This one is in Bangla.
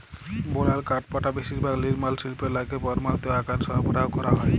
বলাল কাঠপাটা বেশিরভাগ লিরমাল শিল্পে লাইগে পরমালিত আকারে সরবরাহ ক্যরা হ্যয়